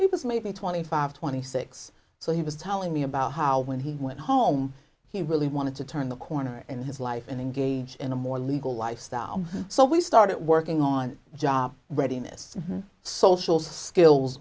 was maybe twenty five twenty six so he was telling me about how when he went home he really wanted to turn the corner in his life and engage in a more legal lifestyle so we started working on job readiness social skills